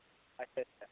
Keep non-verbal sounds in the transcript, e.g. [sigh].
اچھا [unintelligible]